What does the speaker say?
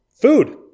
Food